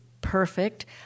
perfect